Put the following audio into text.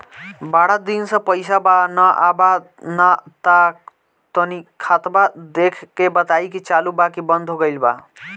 बारा दिन से पैसा बा न आबा ता तनी ख्ताबा देख के बताई की चालु बा की बंद हों गेल बा?